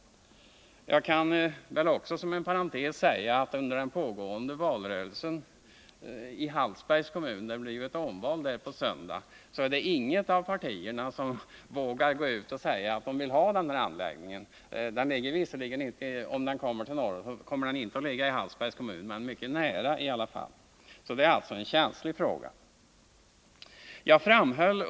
Inom parentes kan jag säga att under den pågående valrörelsen i Hallsbergs kommun — det blir ju ett omval där på söndag — vågar inget parti gå ut och säga att det vill ha anläggningen. Kommer den till Norrtorp blir den inte belägen i Hallsbergs kommun, men dock mycket nära. Det är alltså en känslig fråga.